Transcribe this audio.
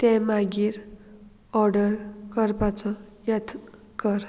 तें मागीर ऑर्डर करपाचो यत्न कर